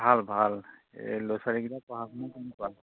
ভাল ভাল এই ল'ৰা ছোৱালীকেইটাৰ পঢ়া শুনা কেনেকুৱা